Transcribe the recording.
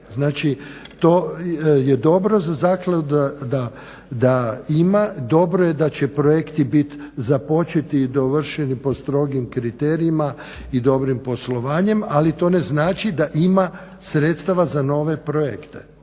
Znači to je dobro za zakladu da ima, dobro je da će projekti bit započeti i dovršeni po strogim kriterijima i dobrim poslovanjem, ali to ne znači da ima sredstava za nove projekte,